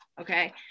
Okay